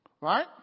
Right